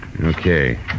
Okay